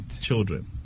Children